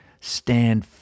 Stand